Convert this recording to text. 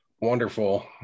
Wonderful